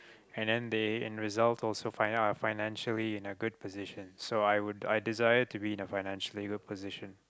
and then they in results also fi~ financially in a good position so I would i desired to be in a financially good position